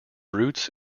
roots